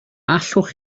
allwch